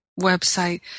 website